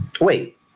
Wait